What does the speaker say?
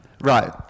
right